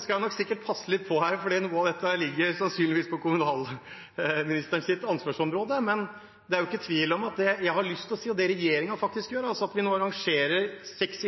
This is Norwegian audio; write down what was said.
skal jeg nok sikkert passe litt på her, for noe av dette ligger sannsynligvis innenfor kommunalministerens ansvarsområde. Men det er ikke tvil om at det jeg har lyst til å si, og det regjeringen faktisk gjør, er at vi nå arrangerer seks